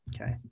Okay